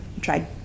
tried